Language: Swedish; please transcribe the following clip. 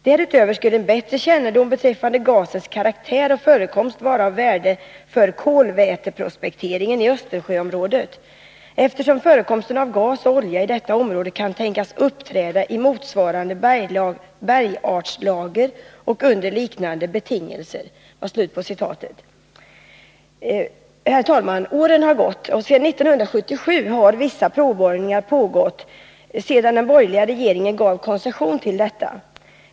Därutöver skulle en bättre kännedom beträffande gasens karaktär och förekomstsätt vara av värde för kolväteprospekteringen i Östersjöområdet, eftersom förekomster av gas och olja i detta område kan tänkas uppträda i motsvarande bergartslager och under liknande betingelser.” Herr talman! Åren har gått. Sedan 1977 har vissa provborrningar pågått, sedan den borgerliga regeringen gav koncession till detta.